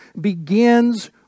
begins